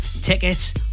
Tickets